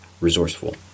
resourceful